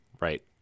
right